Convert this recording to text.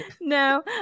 No